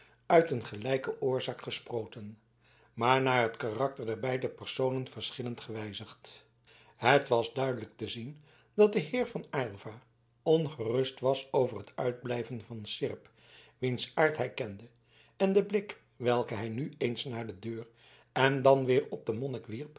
uit een gelijke oorzaak gesproten maar naar het karakter der beide personen verschillend gewijzigd het was duidelijk te zien dat de heer van aylva ongerust was over het uitblijven van seerp wiens aard hij kende en de blik welken hij nu eens naar de deur en dan weder op den